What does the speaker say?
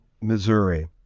Missouri